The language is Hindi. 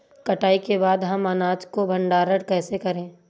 कटाई के बाद हम अनाज का भंडारण कैसे करें?